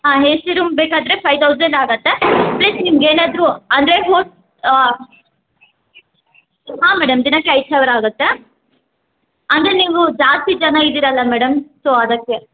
ಹಾಂ A C room ಬೇಕಾದರೆ five thousand ಆಗತ್ತೆ ಪ್ಲಸ್ ನಿಮಗೆ ಏನಾದರೂ ಅಂದರೆ ಫೋ ಹಾಂ ಹಾಂ ಮೇಡಮ್ ದಿನಕ್ಕೆ ಐದು ಸಾವಿರ ಆಗತ್ತೆ ಅಂದರೆ ನೀವು ಜಾಸ್ತಿ ಜನ ಇದ್ದೀರಲ್ಲ ಮೇಡಮ್ ಸೊ ಅದಕ್ಕೆ